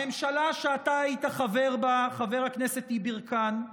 הממשלה שאתה היית חבר בה, חבר הכנסת יברקן,